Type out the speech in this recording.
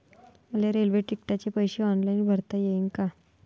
मले रेल्वे तिकिटाचे पैसे ऑनलाईन भरता येईन का?